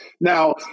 Now